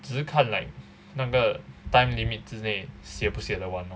只看 like 那个 time limit 之内写不写得完 lor